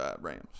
Rams